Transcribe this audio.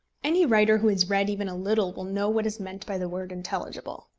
any writer who has read even a little will know what is meant by the word intelligible.